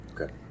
Okay